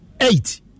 eight